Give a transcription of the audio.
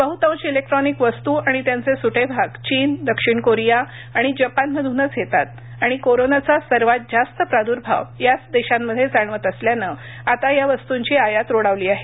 बहुतांश इलेक्ट्रॉनिक वस्तू आणि त्यांचे सुटे भाग चीन दक्षिण कोरिया आणि जपान मधूनच येतात आणि कोरोनाचा सर्वात जास्त प्रादु्भाव याच देशांमध्ये जाणवत असल्यानं आता या वस्तूंची आयात रोडावली आहे